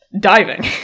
diving